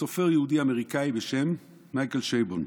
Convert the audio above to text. סופר יהודי אמריקאי בשם מייקל שייבון.